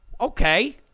Okay